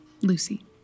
Lucy